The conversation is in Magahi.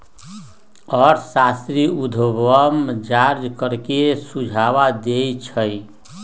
अर्थशास्त्री उर्ध्वगम चार्ज करे के सुझाव देइ छिन्ह